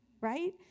right